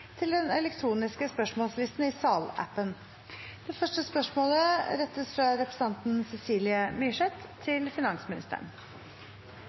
til den elektroniske spørsmålslisten i salappen. Endringen var som følger: Spørsmål nr. 5, fra representanten